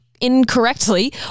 incorrectly